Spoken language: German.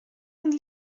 und